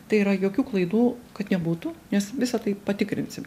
tai yra jokių klaidų kad nebūtų nes visa tai patikrinsim